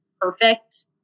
perfect